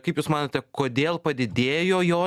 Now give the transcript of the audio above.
kaip jūs manote kodėl padidėjo jo